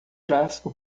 clássico